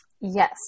Yes